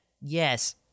yes